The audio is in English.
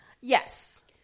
Yes